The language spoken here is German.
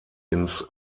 ins